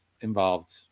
involved